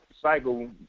cycle